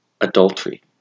adultery